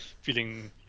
feeling